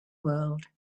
world